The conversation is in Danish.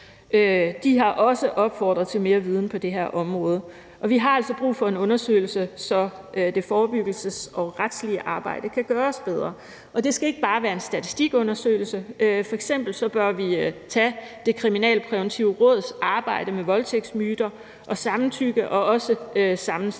de har også opfordret til at få mere viden på det her område. Vi har altså brug for en undersøgelse, så forebyggelsesarbejdet og det retslige arbejde kan gøres bedre. Og det skal ikke bare være en statistikundersøgelse. F.eks. bør vi tage Det Kriminalpræventive Råds arbejde med voldtægtsmyter og samtykke og sammenstille det